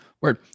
word